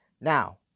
Now